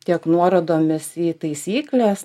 tiek nuorodomis į taisykles